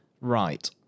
Right